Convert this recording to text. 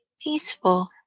peaceful